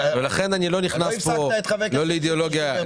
לכן אני לא נכנס כאן לאידיאולוגיה.